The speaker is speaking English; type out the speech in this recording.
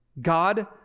God